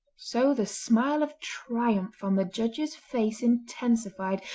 so the smile of triumph on the judge's face intensified,